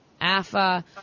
AFA